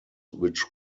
which